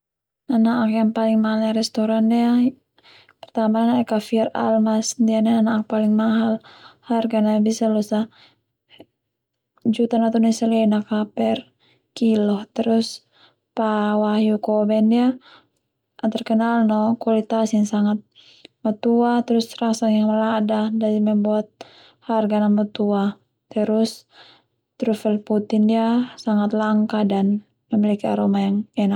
Nana'ak yang paling mahal nai restoran ndia pertama ndia nade kalfius almas ndia ndia nana'ak paling mahal hargana bisa losa juta natun esa lenak a per kilo terus pa Wahyu Kobe ndia terkenal no kualitas yang sangat matua terus rasa yang malada jadi membuat harga na matua terus trofil putih ndia sangat langka dan memiliki aroma yang enak.